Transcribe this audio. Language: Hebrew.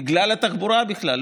בגלל התחבורה בכלל,